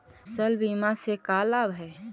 फसल बीमा से का लाभ है?